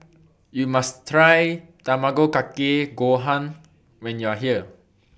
YOU must Try Tamago Kake Gohan when YOU Are here